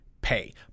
pay